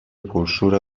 پرشور